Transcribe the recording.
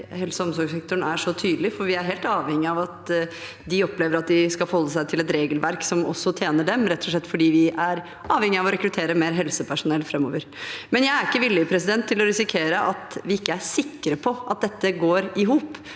vi er helt avhengig av at de opplever at de skal forholde seg til et regelverk som også tjener dem, rett og slett fordi vi er avhengig av å rekruttere mer helsepersonell framover. Men jeg er ikke villig til å risikere at vi ikke er sikre på at dette går i hop,